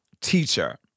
teacher